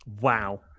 Wow